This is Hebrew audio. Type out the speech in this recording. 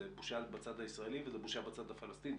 זה בושה בצד הישראלי וזה בושה בצד הפלסטיני